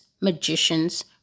magicians